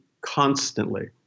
constantly